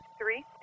three